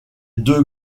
deux